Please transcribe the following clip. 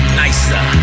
nicer